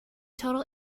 total